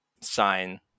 sign